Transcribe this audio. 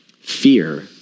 Fear